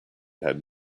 had